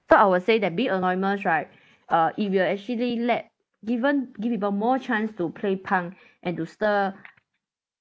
so I will say that being anonymous right uh it will actually led given give people more chance to play punk and to stir